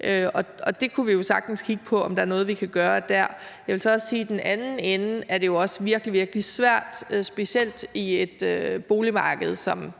Og der kunne vi jo sagtens kigge på, om der er noget, vi kan gøre der. Jeg vil så sige, at i den anden ende er det jo også virkelig svært, specielt i et boligmarked som